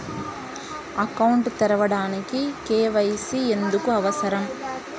Account తెరవడానికి, KYC ఎందుకు అవసరం?